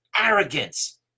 arrogance